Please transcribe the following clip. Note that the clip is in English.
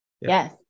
Yes